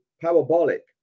parabolic